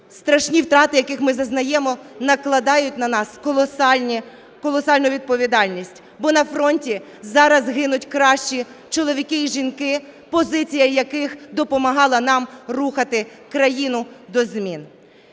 Страшні втрати, яких ми зазнаємо, накладають на нас колосальну відповідальність, бо на фронті зараз гинуть кращі чоловіки і жінки, позиція яких допомагала нам рухати країну до змін.